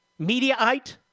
Mediaite